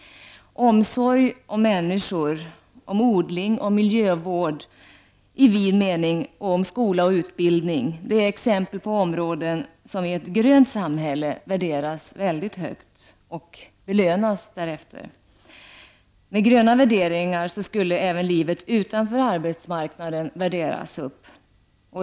Omsorgen om människor, om odling och miljövård i vid mening, och om skola och utbildning är exempel på områden som i ett grönt samhälle värderas mycket högt -- och belönas därefter. Med gröna värderingar skulle även livet utanför arbetsmarknaden värderas upp.